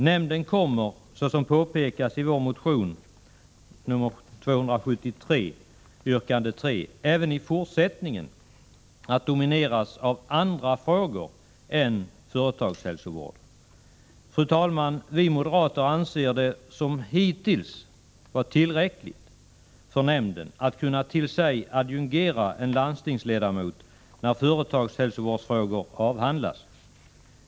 Nämnden kommer, såsom påpekas i vår motion 273 yrkande 3, även i fortsättningen att domineras av andra frågor än företagshälsovård. Fru talman! Vi moderater anser att det som hittills är tillräckligt för nämnden att till sig kunna adjungera en landstingsledamot när företagshälsovårdsfrågor avhandlas.